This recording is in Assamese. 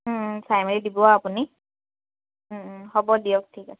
চাই মেলি দিব আৰু আপুনি হ'ব দিয়ক ঠিক আছে অঁ